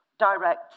direct